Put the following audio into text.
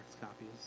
copies